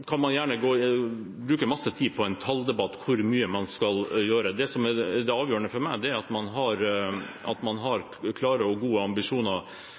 kan man gjerne bruke en masse tid på en talldebatt om hvor mye man skal gjøre. Det som er det avgjørende for meg, er at man har klare og gode ambisjoner